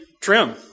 trim